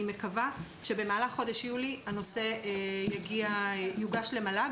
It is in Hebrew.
אני מקווה שבמהלך חודש יולי הנושא יוגש למל"ג,